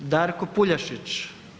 Darko Puljašić.